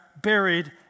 buried